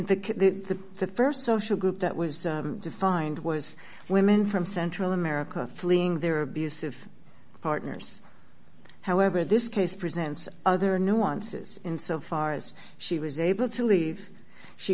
in the st social group that was defined was women from central america fleeing their abusive partners however this case presents other nuances in so far as she was able to leave she